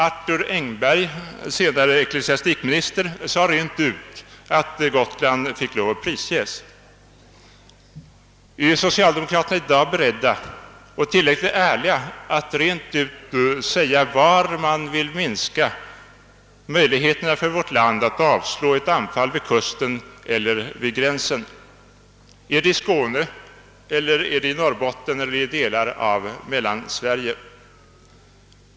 Arthur Engberg, senare ecklesiastikminister, sade rent ut att Gotland fick lov att prisges. Är socialdemokraterna i dag beredda och tillräckligt ärliga att rent ut säga var man vill minska möjligheterna för vårt land att avslå ett anfall vid kusten. eller vid gränsen? Är det i Skåne, i Norrbotten eller i delar av Mellansverige?